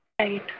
Right